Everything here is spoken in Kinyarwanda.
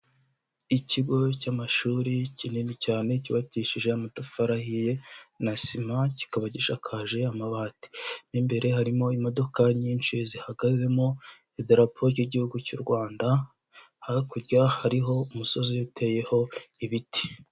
Ikigo cy'amashuri kinini cyane cyubakishije amatafari ahiye na sima kikaba gishakaje amabati, mo imbere harimo imodoka nyinshi zihagazemo, idarapo y'Igihugu cy'u Rwanda, hakurya hariho umusozi uteyeho ibiti.